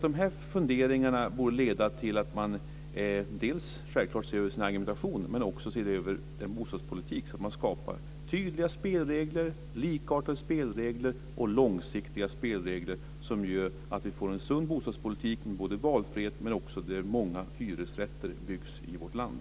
De här funderingarna borde leda till att man dels, självklart, ser över sin argumentation, dels ser över den bostadspolitik som man skapar. Tydliga spelregler, likartade spelregler och långsiktiga spelregler gör att vi får en sund bostadspolitik med valfrihet och innebärande att många hyresrätter byggs i vårt land.